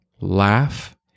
laugh